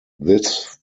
this